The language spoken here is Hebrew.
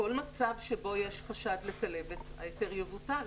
בכל מצב שבו יש חשד לכלבת ההיתר יבוטל.